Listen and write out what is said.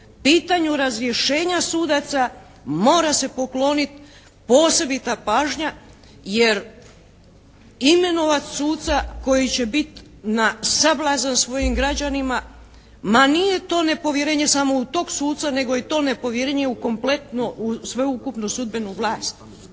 pitanju razrješenja sudaca mora se poklonit posebita pažnja, jer imenovat suca koji će bit na sablazan svojim građanima, ma nije to nepovjerenje samo u tog suca nego i je to i nepovjerenje u kompletno u sveukupnu sudbenu vlast.